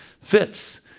fits